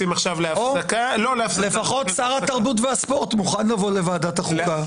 אנחנו יוצאים להפסקה של הישיבה הזאת,